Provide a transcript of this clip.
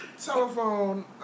Telephone